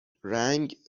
رنگ